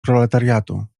proletariatu